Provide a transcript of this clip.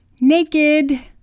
Naked